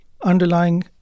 underlying